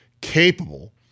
capable